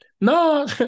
No